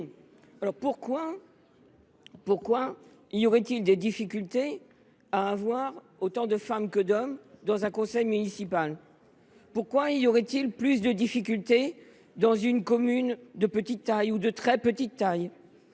pourquoi y aurait il des difficultés à avoir autant de femmes que d’hommes dans un conseil municipal ? Pourquoi y aurait il plus de difficultés dans une commune de petite taille ou de très petite taille ?